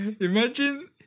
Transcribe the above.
Imagine